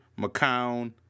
McCown